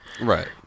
right